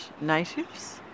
natives